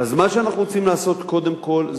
אז מה שאנחנו רוצים לעשות קודם כול,